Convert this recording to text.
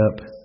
up